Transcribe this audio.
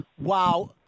wow